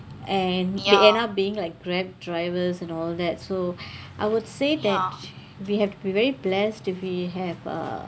and they end up being like Grab drivers and all that so I would say that we have been very blessed if we have a